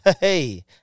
Hey